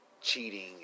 cheating